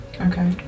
Okay